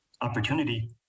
opportunity